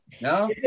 No